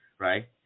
right